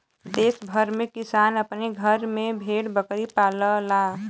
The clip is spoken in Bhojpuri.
देस भर में किसान अपने घरे में भेड़ बकरी पालला